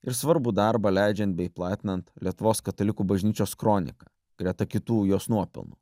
ir svarbų darbą leidžiant bei platinant lietuvos katalikų bažnyčios kroniką greta kitų jos nuopelnų